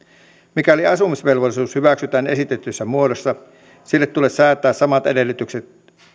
mikäli asumisvelvollisuus hyväksytään esitetyssä muodossa sille tulee säätää samat edellytykset